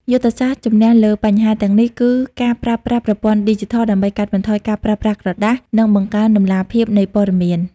យុទ្ធសាស្ត្រជំនះលើបញ្ហាទាំងនេះ គឺការប្រើប្រាស់ប្រព័ន្ធឌីជីថលដើម្បីកាត់បន្ថយការប្រើប្រាស់ក្រដាស និងបង្កើនតម្លាភាពនៃព័ត៌មាន។